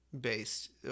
based